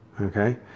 Okay